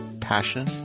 passion